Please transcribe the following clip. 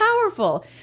powerful